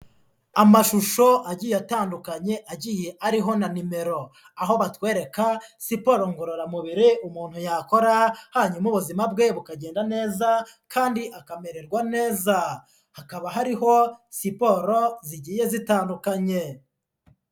Amashusho agiye atandukanye, agiye ariho na nimero, aho batwereka siporo ngororamubiri umuntu yakora, hanyuma ubuzima bwe bukagenda neza kandi akamererwa neza. Hakaba hariho siporo zigiye zitandukanye.